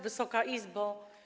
Wysoka Izbo!